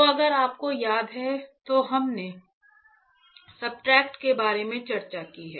तो अगर आपको याद है तो हमने सब्सट्रेट के बारे में चर्चा की है